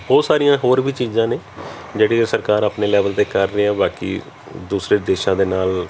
ਉਹ ਸਾਰੀਆਂ ਹੋਰ ਵੀ ਚੀਜ਼ਾਂ ਨੇ ਜਿਹੜੀਆਂ ਸਰਕਾਰ ਆਪਣੇ ਲੈਵਲ 'ਤੇ ਕਰ ਰਹੀਆਂ ਬਾਕੀ ਦੂਸਰੇ ਦੇਸ਼ਾਂ ਦੇ ਨਾਲ